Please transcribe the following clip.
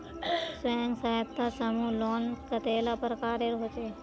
स्वयं सहायता समूह लोन कतेला प्रकारेर होचे?